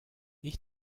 ich